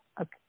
Okay